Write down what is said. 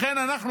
לכן אנחנו